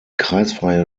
kreisfreie